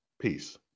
Peace